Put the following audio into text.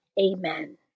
Amen